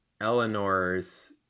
Eleanor's